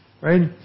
Right